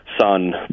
son